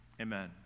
amen